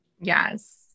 Yes